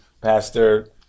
pastor